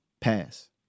pass